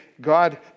God